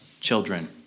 children